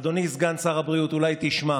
אדוני סגן שר הבריאות, אולי תשמע.